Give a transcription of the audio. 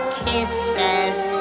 kisses